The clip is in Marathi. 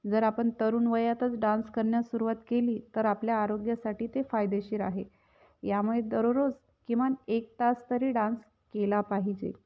जर आपण तरुण वयातच डान्स करण्यास सुरूवात केली तर आपल्या आरोग्यासाठी ते फायदेशीर आहे यामुळे दररोज किमान एक तास तरी डान्स केला पाहिजे